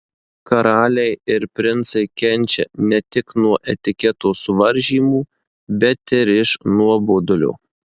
karaliai ir princai kenčia ne tik nuo etiketo suvaržymų bet ir iš nuobodulio